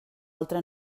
altra